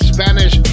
Spanish